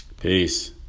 Peace